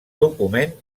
document